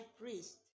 priest